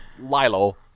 Lilo